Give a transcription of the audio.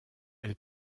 elle